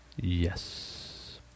Yes